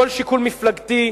כל שיקול מפלגתי,